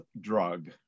drug